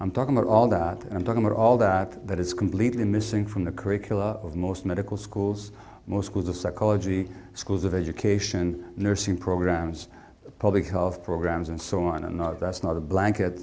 i'm talking about all that i'm talking about all that that is completely missing from the curricula of most medical schools most schools of psychology schools of education nursing programs public health programs and so on and not that's not a blanket